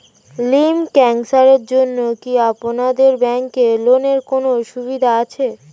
Lymph ক্যানসারের জন্য কি আপনাদের ব্যঙ্কে লোনের কোনও সুবিধা আছে?